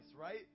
right